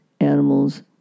animals